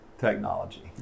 technology